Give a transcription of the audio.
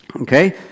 Okay